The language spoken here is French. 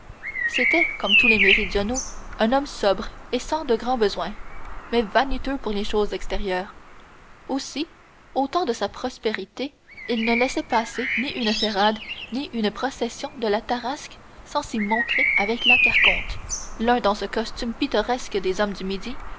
c'était comme tous les méridionaux un homme sobre et sans de grands besoins mais vaniteux pour les choses extérieures aussi au temps de sa prospérité il ne laissait passer ni une ferrade ni une procession de la tarasque sans s'y montrer avec la carconte l'un dans ce costume pittoresque des hommes du midi